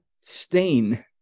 stain